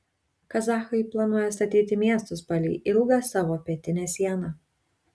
kazachai planuoja statyti miestus palei ilgą savo pietinę sieną